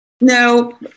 No